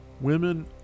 Women